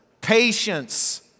patience